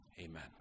Amen